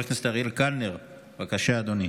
חבר הכנסת אריאל קלנר, בבקשה, אדוני.